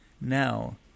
now